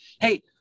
hey